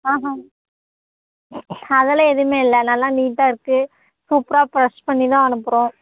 ஆஹாங் அதெல்லாம் எதுவுமே இல்லை நல்ல நீட்டாக இருக்குது சூப்பராக ஃப்ரெஷ் பண்ணிதான் அனுப்புறோம்